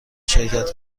شرکت